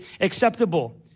acceptable